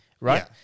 Right